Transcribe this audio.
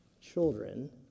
children